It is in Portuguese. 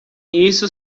isso